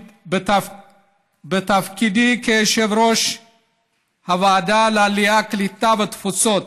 בתפקידי כיושב-ראש הוועדה לעלייה, קליטה ותפוצות